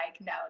No